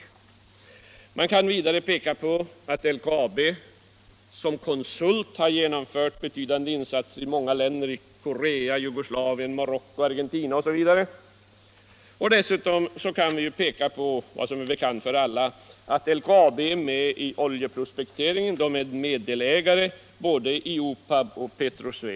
Vidare kan jag peka på att LKAB som konsult har genomfört insatser i många länder — Korea, Jugoslavien, Marocko, Argentina osv. Dessutom är det bekant för alla att LKAB är med i oljeprospekteringen - man är meddelägare i både OPAD och Petroswede.